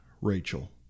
Rachel